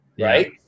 right